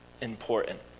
important